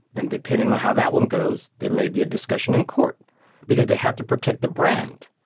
and depending on how that one goes, there may be a discussion in court because they have to protect the brand.